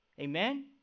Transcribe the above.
Amen